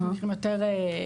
יש מקרים שהם יותר כבדים,